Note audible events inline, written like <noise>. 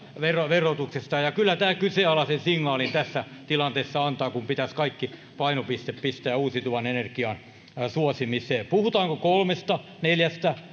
verotuksesta ja ja kyllä tämä kyseenalaisen signaalin tässä tilanteessa antaa kun pitäisi kaikki painopiste pistää uusiutuvan energian suosimiseen puhutaan kolmesta neljästä <unintelligible>